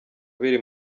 biri